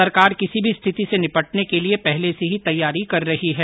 सरकार किसी भी स्थिति से निपटने के लिए पहले से ही तैयारी कर रही है